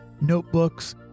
notebooks